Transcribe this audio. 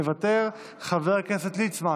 מוותר, חבר הכנסת ליצמן,